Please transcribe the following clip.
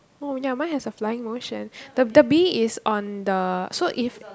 oh ya mine has a flying motion the the bee is on the so if